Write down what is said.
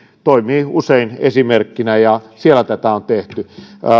toimii usein esimerkkinä ja siellä tätä on tehty